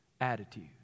attitude